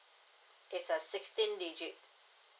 it's a sixteen digit